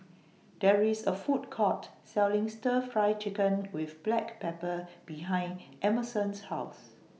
There IS A Food Court Selling Stir Fry Chicken with Black Pepper behind Emerson's House